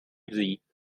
vzít